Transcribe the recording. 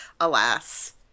alas